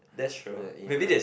the ya